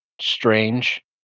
strange